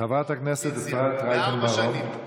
לארבע שנים.